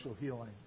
healing